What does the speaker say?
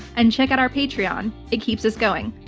and check out our patreon. it keeps us going.